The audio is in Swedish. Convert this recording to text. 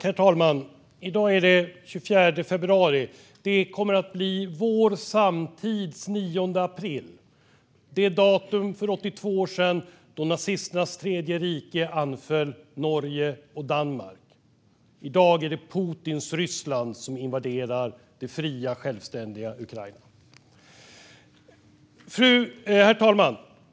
Herr talman! I dag är det den 24 februari. Det kommer att bli vår samtids 9 april, det datum för 82 år sedan då nazisternas tredje rike anföll Norge och Danmark. I dag är det Putins Ryssland som invaderar det fria självständiga Ukraina. Herr talman!